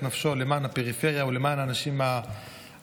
נפשו למען הפריפריה ולמען האנשים הנזקקים.